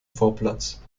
vorplatz